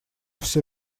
все